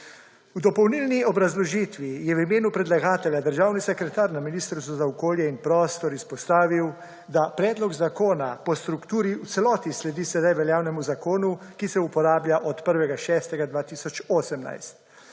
V dopolnilni obrazložitvi je v imenu predlagatelja državni sekretar na Ministrstvu za okolje in prostor izpostavil, da predlog zakona po strukturi v celoti sledi sedaj veljavnemu zakonu, ki se uporablja od 1. 6. 2018.